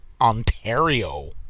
Ontario